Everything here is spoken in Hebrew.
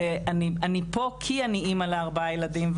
ואני פה כי אני אימא לארבעה ילדים,